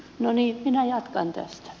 no niin minä jatkan tästä